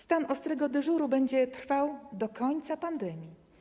Stan ostrego dyżuru będzie trwał do końca pandemii.